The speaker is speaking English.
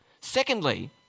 Secondly